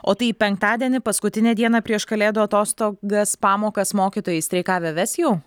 o tai penktadienį paskutinę dieną prieš kalėdų atostogas pamokas mokytojai streikavę ves jau